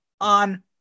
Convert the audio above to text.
on